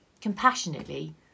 compassionately